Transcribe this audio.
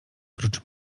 prócz